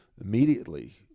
immediately